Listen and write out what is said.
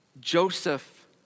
Joseph